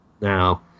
now